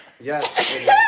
Yes